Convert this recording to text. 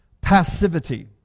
passivity